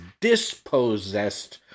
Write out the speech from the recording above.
dispossessed